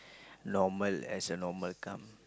normal as a normal car